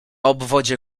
obwodzie